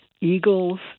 eagles